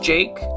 Jake